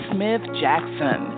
Smith-Jackson